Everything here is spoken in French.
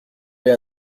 l’ai